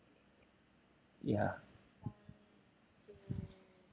ya